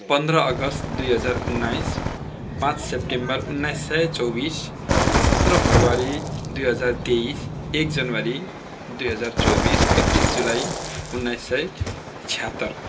पन्ध्र अगस्त दुई हजार उन्नाइस पाँच सेप्टेम्बर उन्नाइस सय चौबिस सत्र फेब्रुअरी दुई हजार तेइस एक जनवरी दुई हजार चौबिस एक्तिस जुलाई उन्नाइस सय छ्यात्तर